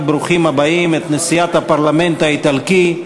ברוכים הבאים את נשיאת הפרלמנט האיטלקי,